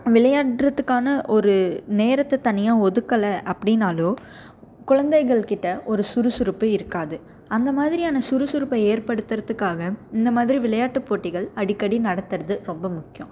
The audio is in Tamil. விளையாடுறத்துக்கான ஒரு நேரத்தை தனியாக ஒதுக்கலை அப்டின்னாலோ குழந்தைகள் கிட்ட ஒரு சுறுசுறுப்பு இருக்காது அந்த மாதிரியான சுறுசுறுப்பு ஏற்படுத்துகிறதுக்காக இந்த மாதிரி விளையாட்டு போட்டிகள் அடிக்கடி நடத்துகிறது ரொம்ப முக்கியம்